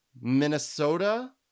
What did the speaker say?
Minnesota